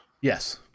Yes